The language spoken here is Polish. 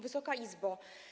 Wysoka Izbo!